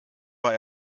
war